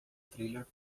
trailer